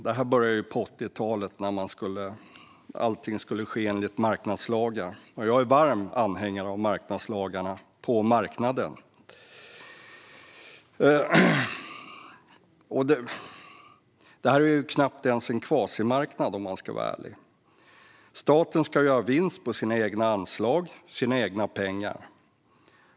Detta började på 80-talet när allting skulle ske enligt marknadslagar. Jag är en varm anhängare av marknadslagarna - på marknaden. Detta är knappt ens en kvasimarknad, om man ska vara ärlig. Staten ska göra vinst på sina egna anslag, sina egna pengar.